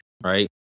right